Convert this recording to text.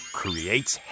creates